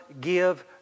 Give